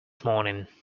morning